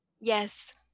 Yes